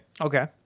Okay